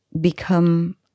become